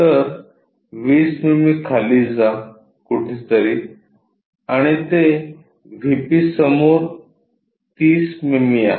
तर 20 मिमी खाली जा कुठेतरी आणि ते व्हीपी समोर 30 मिमी आहे